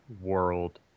world